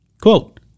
Quote